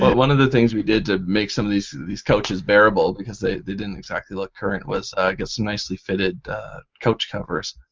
but one of the things we did to make some of these couches bearable, because they they didn't exactly look current, was i got some nicely fitted couch covers.